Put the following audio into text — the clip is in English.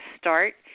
start